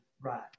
right